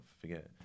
forget